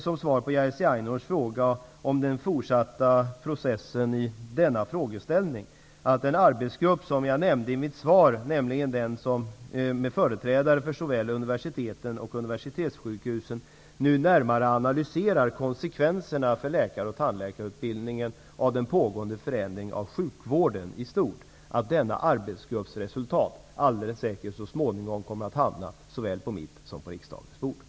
Som svar på Jerzy Einhorns fråga om den fortsatta processen vill jag säga att den arbetsgrupp med företrädare för universiteten och universitetssjukhusen, som jag nämnde i mitt svar, nu närmare analyserar konsekvenserna för läkaroch tandläkarutbildningarna av den pågående förändringen av sjukvården i stort. Denna arbetsgrupps resultat kommer alldeles säkert så småningom att hamna såväl på mitt som på riksdagens bord.